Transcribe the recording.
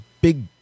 big